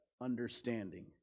understanding